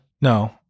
No